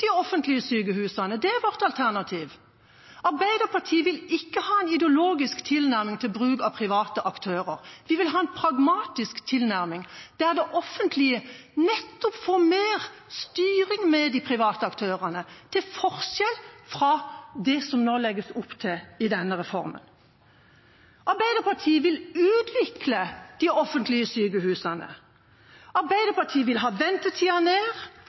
offentlige sykehusene. Det er vårt alternativ. Arbeiderpartiet vil ikke ha en ideologisk tilnærming til bruk av private aktører. Vi vil ha en pragmatisk tilnærming, der det offentlige nettopp får mer styring med de private aktørene til forskjell fra det som det nå legges opp til i denne reformen. Arbeiderpartiet vil utvikle de offentlige sykehusene. Arbeiderpartiet vil ha ventetida ned,